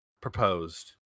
proposed